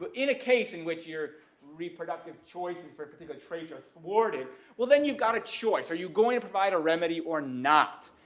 but in a case in which your reproductive choices and for particular traits are thwarted well then you've got a choice are you going to provide a remedy or not?